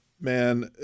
man